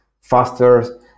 faster